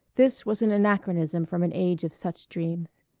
this was an anachronism from an age of such dreams.